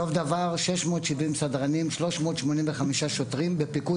סוף דבר, 670 סדרנים, 385 שוטרים והפיקוד.